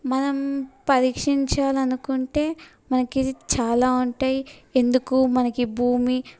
మనం పరీక్షించాలి అనుకుంటే మనకి చాలా ఉంటాయి ఎందుకు మనకి భూమి